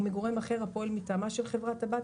ומגורם אחר הפועל מטעמה של החברה הבת,